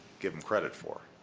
give him credit for.